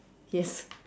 yes